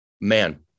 man